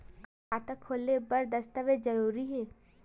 का खाता खोले बर दस्तावेज जरूरी हे?